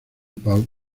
pau